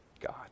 God